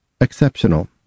exceptional